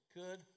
good